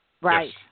Right